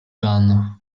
dan